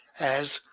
as,